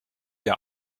der